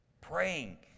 Praying